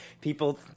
people